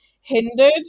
hindered